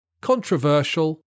controversial